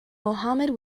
mohammad